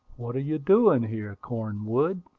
what are you doing here, cornwood?